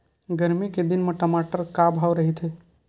गरमी के दिन म टमाटर का भाव रहिथे?